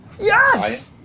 Yes